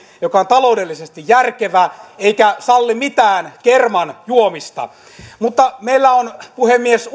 joka on taloudellisesti järkevä eikä salli mitään kermanjuomista mutta meillä on puhemies